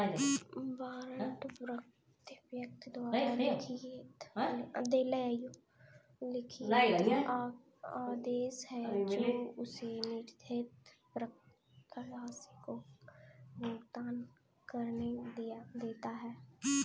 warrant व्यक्ति द्वारा लिखित आदेश है जो उसे निर्दिष्ट प्राप्तकर्ता को राशि भुगतान करने देता है